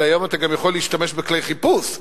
אלא אתה יכול להשתמש בכלי חיפוש.